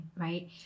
right